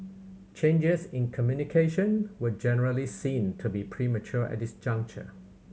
changes in communication were generally seen to be premature at this juncture